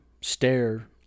stare